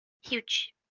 Huge